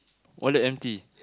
wallet empty